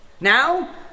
Now